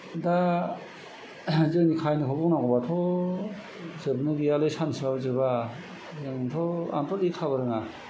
दा जोंनि काहानिखौ बुंनांगौबाथ' जोबनो गैयालै सानसेयाव जोबा जोंथ' आंथ' लेखाबो रोङा